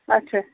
اَچھا